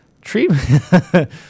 Treatment